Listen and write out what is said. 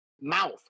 mouth